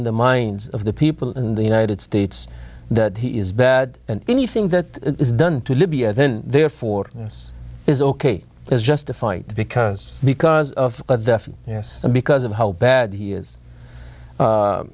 in the minds of the people in the united states that he is bad and anything that is done to libya then therefore this is ok is justified because because of yes because of how bad he is